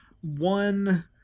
one